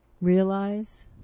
realize